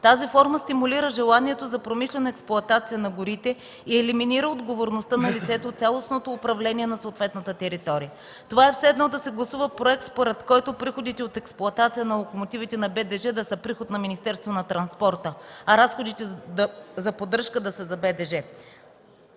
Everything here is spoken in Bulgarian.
Тази форма стимулира желанието за промишлена експлоатация на горите и елиминира отговорността на лицето от цялостното управление на съответната територия. Това е все едно да се гласува проект, според който приходите от експлоатация на локомотивите на БДЖ да са приход на Министерството на транспорта, а разходите за поддръжка да са за БДЖ.